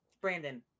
brandon